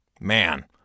Man